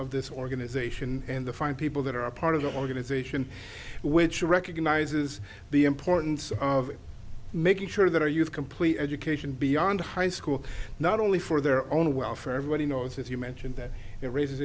of this organization and the five people that are part of the organization which recognizes the importance of making sure that our youth complete education beyond high school not only for their own welfare everybody knows as you mentioned that it raises